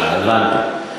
אה, הבנתי.